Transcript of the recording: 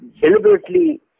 deliberately